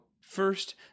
first